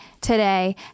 today